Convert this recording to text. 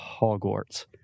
Hogwarts